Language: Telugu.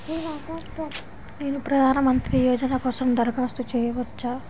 నేను ప్రధాన మంత్రి యోజన కోసం దరఖాస్తు చేయవచ్చా?